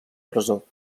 presó